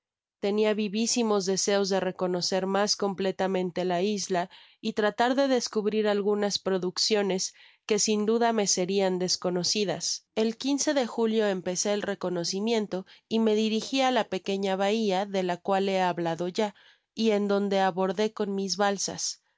tenia vivisimos deseos de reconocer mas completamente la isla y tratar de descubrir algunas producciones que sin duda me serian desconocidas el de julio empecé el reconocimiento y me dirigi á la pequeña bahia de la cual he hablado ya y en donde abordé con mis balsas